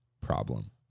problem